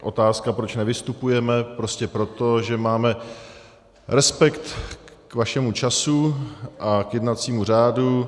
Otázka, proč nevystupujeme prostě proto, že máme respekt k vašemu času a k jednacímu řádu.